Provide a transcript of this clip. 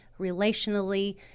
relationally